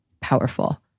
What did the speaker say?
powerful